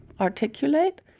articulate